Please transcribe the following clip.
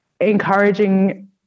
encouraging